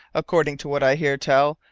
according to what i hear tell,